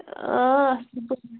آ اَصٕل پٲٹھۍ